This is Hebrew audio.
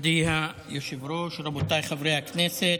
מכובדי היושב-ראש, רבותיי חברי הכנסת,